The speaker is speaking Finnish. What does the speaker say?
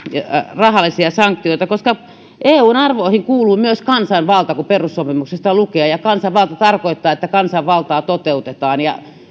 rahallisia sanktioita eun arvoihin kuuluu myös kansanvalta kuten perussopimuksessa lukee ja kansanvalta tarkoittaa että kansanvaltaa toteutetaan